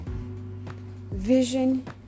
Vision